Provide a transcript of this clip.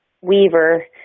Weaver